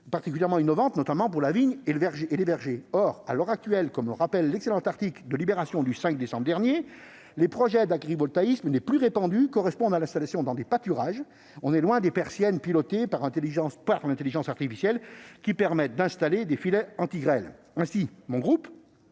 particulièrement innovantes, notamment pour la vigne et les vergers. Or, à l'heure actuelle, comme le rappelle l'excellent article de du 5 décembre dernier, les projets d'agrivoltaïsme « les plus répandus » correspondent à l'installation de panneaux dans des pâturages. On est loin des persiennes pilotées par intelligence artificielle qui permettent d'installer des filets anti-grêle. Aussi, le groupe